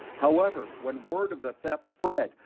however, when word of the theft spread,